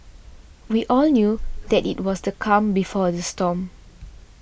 we all knew that it was the calm before the storm